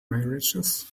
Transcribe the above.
marriages